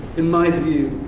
in my view.